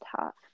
tough